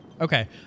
Okay